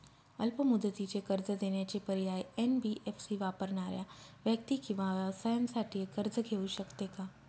अल्प मुदतीचे कर्ज देण्याचे पर्याय, एन.बी.एफ.सी वापरणाऱ्या व्यक्ती किंवा व्यवसायांसाठी कर्ज घेऊ शकते का?